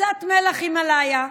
קצת מלח הימלאיה,